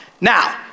Now